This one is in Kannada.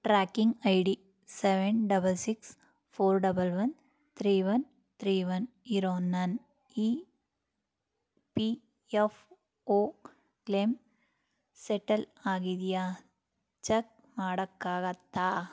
tracking I D seven double six four double one three one three one ಇರೋ ನನ್ನ E P F O claim settle ಆಗಿದೆಯಾ ಚಕ್ ಮಾಡೋಕ್ಕಾಗತ್ತಾ